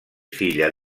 filla